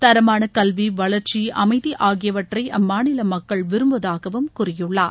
தரமான கல்வி வளர்ச்சி அமைதி ஆகியவற்றை அம்மாநில மக்கள் விரும்புவதாகவும் கூறியுள்ளார்